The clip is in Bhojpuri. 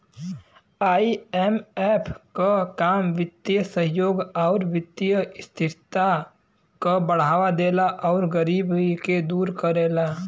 आई.एम.एफ क काम वित्तीय सहयोग आउर वित्तीय स्थिरता क बढ़ावा देला आउर गरीबी के दूर करेला